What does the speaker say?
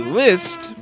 list